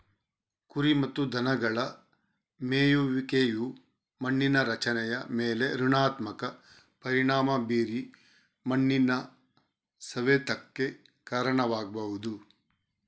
ಕುರಿ ಮತ್ತು ದನಗಳ ಮೇಯುವಿಕೆಯು ಮಣ್ಣಿನ ರಚನೆಯ ಮೇಲೆ ಋಣಾತ್ಮಕ ಪರಿಣಾಮ ಬೀರಿ ಮಣ್ಣಿನ ಸವೆತಕ್ಕೆ ಕಾರಣವಾಗ್ಬಹುದು